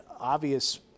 obvious